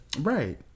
Right